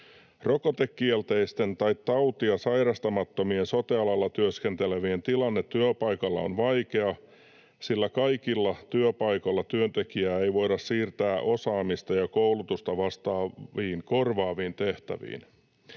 ”Rokotekielteisten tai tautia sairastamattomien sote-alalla työskentelevien tilanne työpaikalla on vaikea, sillä kaikilla työpaikoilla työntekijää ei voida siirtää osaamista ja koulutusta vastaaviin korvaaviin tehtäviin.